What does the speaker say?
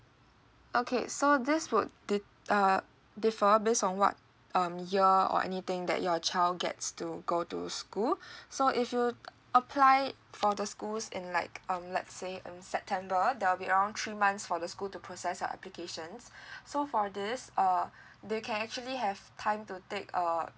okay so this would di~ uh differ based on what um year or anything that your child gets to go to school so if you applied for the schools in like um let's say in september there'll be around three months for the school to process your applications so for this uh you can actually have time to take a